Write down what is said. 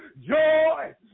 Joy